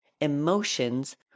emotions